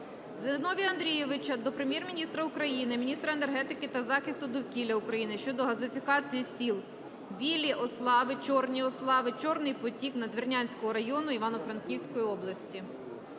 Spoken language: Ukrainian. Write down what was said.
Зіновія Андрійовича до Прем'єр-міністра України, міністра енергетики та захисту довкілля України щодо газифікації сіл Білі Ослави, Чорні Ослави, Чорний потік, Надвірнянського району Івано-Франківської області.